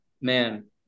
man